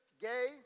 gay